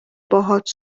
باهات